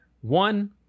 one